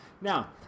Now